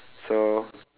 so